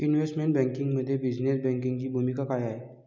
Investment बँकिंगमध्ये business बँकिंगची भूमिका काय आहे?